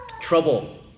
trouble